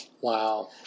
Wow